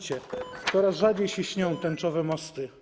Coraz rzadziej się śnią tęczowe mosty.